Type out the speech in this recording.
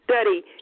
study